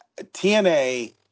TNA